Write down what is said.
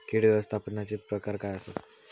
कीड व्यवस्थापनाचे प्रकार काय आसत?